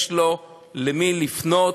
יש לו למי לפנות,